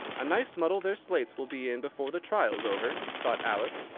a nice muddle their slates will be in before the trial's over! thought alice.